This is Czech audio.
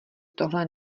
tohle